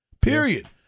period